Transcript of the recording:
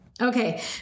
Okay